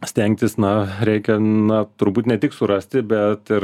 stengtis na reikia na turbūt ne tik surasti bet ir